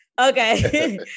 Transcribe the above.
Okay